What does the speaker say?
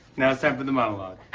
now it's time for the monologue.